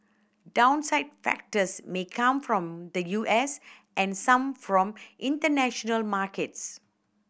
downside factors may come from the U S and some from international markets